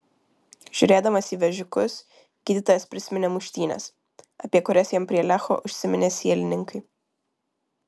žiūrėdamas į vežikus gydytojas prisiminė muštynes apie kurias jam prie lecho užsiminė sielininkai